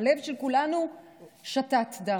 הלב של כולנו שתת דם.